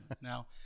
Now